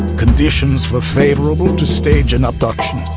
conditions were favorable to stage an abduction.